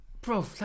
Bro